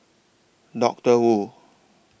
Doctor Wu